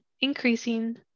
increasing